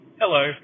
hello